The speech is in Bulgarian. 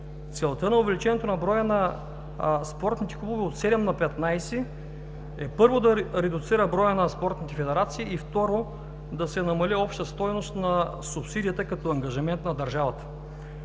целта на увеличението на броя на спортните клубове от седем на 15 е, първо, за да редуцира броя на спортните федерации, и, второ, да се намали общата стойност на субсидията като ангажимент на държавата.